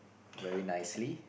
very nicely